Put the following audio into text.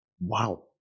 Wow